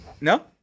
No